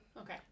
Okay